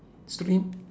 stream